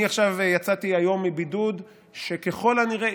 אני יצאתי היום מבידוד שככל הנראה,